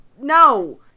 No